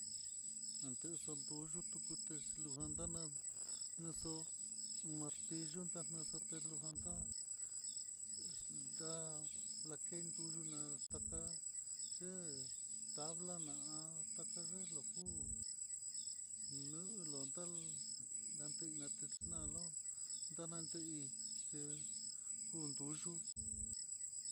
Nantexa yulutu kutex lolanaga xo'o martillo talenujanta nda laken duyu, nata'a c bla na'a tayee loku no ontá ñaten late naxlo nalante hí c nduyu.